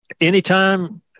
anytime